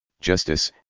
justice